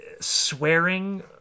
swearing